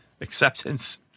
Acceptance